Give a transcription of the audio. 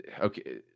okay